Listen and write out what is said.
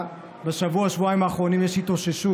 בשבוע-שבועיים האחרונים יש התאוששות